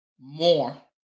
more